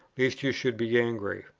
lest you should be angry.